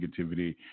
negativity